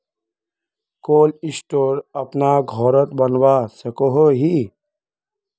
Cold store अपना घोरोत बनवा सकोहो ही?